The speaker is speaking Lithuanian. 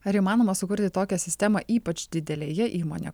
ar įmanoma sukurti tokią sistemą ypač didelėje įmonėj